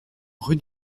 rue